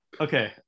Okay